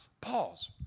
Pause